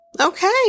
okay